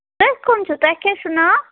تُہۍ کٕم چھِو تۄہہِ کیٛاہ چھُو ناو